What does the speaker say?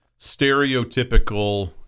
stereotypical